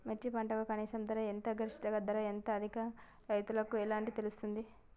మిర్చి పంటకు కనీస ధర ఎంత గరిష్టంగా ధర ఎంత అది రైతులకు ఎలా తెలుస్తది?